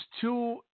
two